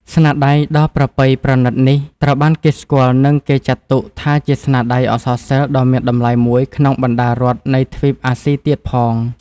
ស្នាដៃដ៏ប្រពៃប្រណិតនេះ ត្រូវបានគេស្គាល់ និងគេចាត់ទុកថាជាស្នាដៃអក្សរសិល្ប៍ដ៏មានតម្លៃមួយក្នុងបណ្តារដ្ឋនៃទ្វីបអាស៊ី ទៀតផង។